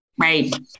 Right